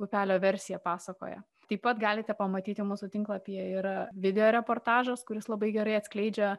upelio versiją pasakoja taip pat galite pamatyti mūsų tinklapyje yra video reportažas kuris labai gerai atskleidžia